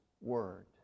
word